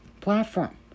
platform